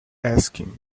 asking